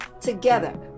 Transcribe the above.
Together